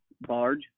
barge